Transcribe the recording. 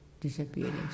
disappearing